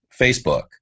Facebook